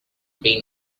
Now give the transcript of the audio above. been